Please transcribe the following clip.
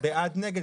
בעד נגד,